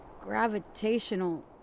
gravitational